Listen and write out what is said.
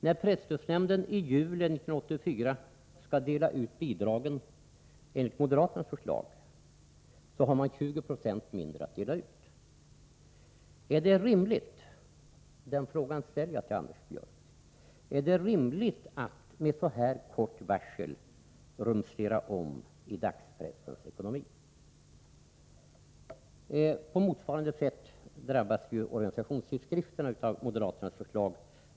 När presstödsnämnden i juli 1984 skall dela ut bidragen skall den enligt moderaternas förslag ha 20 96 mindre att dela ut. Är det rimligt — den frågan ställer jag till Anders Björck — att med så här kort varsel rumstera om i dagspressens ekonomi? På motsvarande sätt drabbas organisationstidskrifterna av moderaternas förslag.